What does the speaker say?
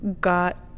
got